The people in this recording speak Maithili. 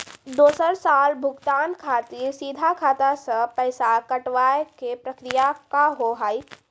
दोसर साल भुगतान खातिर सीधा खाता से पैसा कटवाए के प्रक्रिया का हाव हई?